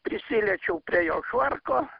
prisiliečiau prie jo švarko